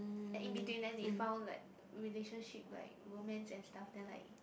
and in between then they found like relationship like romance and stuff then like